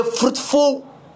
fruitful